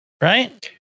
Right